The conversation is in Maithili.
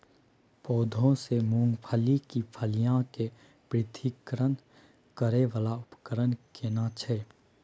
पौधों से मूंगफली की फलियां के पृथक्करण करय वाला उपकरण केना छै?